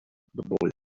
boy